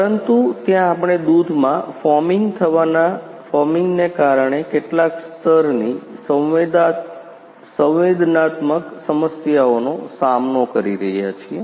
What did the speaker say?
પરંતુ ત્યાં આપણે દૂધમાં ફોમિંગ થવાના ફોમિંગને કારણે કેટલાક સ્તરની સંવેદનાત્મક સમસ્યાઓનો સામનો કરી રહ્યા છીએ